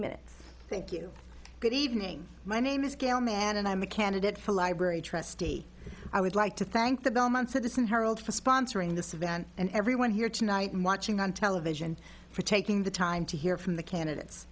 minutes thank you good evening my name is gail man and i'm a candidate for library trustee i would like to thank the belmont citizen herald for sponsoring this event and everyone here tonight and watching on television for taking the time to hear from the candidates